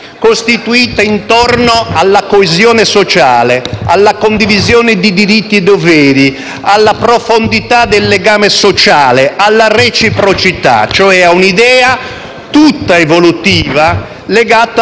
costituita intorno alla coesione sociale, alla condivisione di diritti e doveri, alla profondità del legame sociale, alla reciprocità, cioè a una idea tutta evolutiva legata,